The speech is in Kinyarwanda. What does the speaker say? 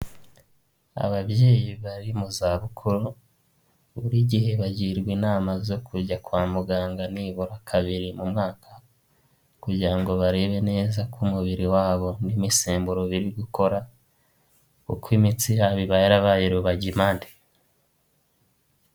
Ababyeyi bari mu zabukuru, buri gihe bagirwa inama zo kujya kwa muganga nibura kabiri mu mwaka kugira ngo barebe neza ko umubiri wabo n'imisemburo biri gukora, kuko imitsi yabo iba yarabaye rubagimpande.